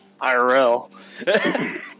IRL